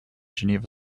geneva